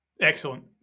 Excellent